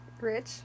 Rich